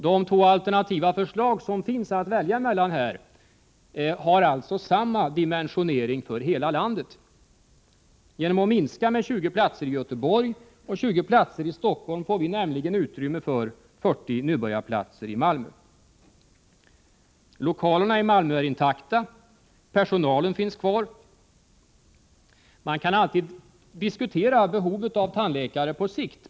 De två alternativa förslag som finns att välja mellan har alltså samma dimensionering för hela landet. Genom att minska med 20 platser i Göteborg och 20 platser i Stockholm får vi nämligen utrymme för 40 nybörjarplatser i Malmö. Lokalerna i Malmö är intakta. Personalen finns kvar. Man kan naturligtvis alltid diskutera behovet av tandläkare på sikt.